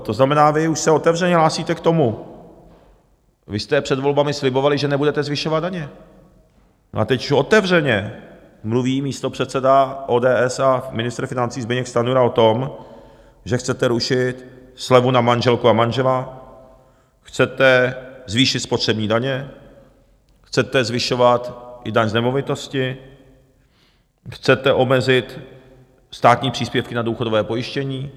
To znamená, vy už se otevřeně hlásíte k tomu, vy jste před volbami slibovali, že nebudete zvyšovat daně, a teď otevřeně mluví místopředseda ODS a ministr financí Zbyněk Stanjura o tom, že chcete rušit slevu na manželku a manžela, chcete zvýšit spotřební daně, chcete zvyšovat i daň z nemovitosti, chcete omezit státní příspěvky na důchodové pojištění.